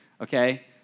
okay